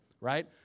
right